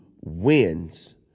wins